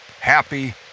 happy